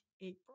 April